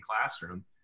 classroom